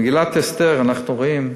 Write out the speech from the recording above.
במגילת אסתר אנחנו רואים,